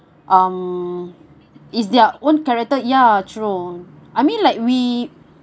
um is their own character ya true I mean like we